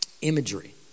Imagery